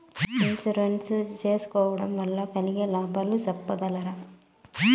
Insurance సేసుకోవడం వల్ల కలిగే లాభాలు సెప్పగలరా?